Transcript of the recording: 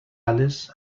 ales